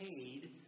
paid